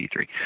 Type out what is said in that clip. D3